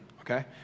okay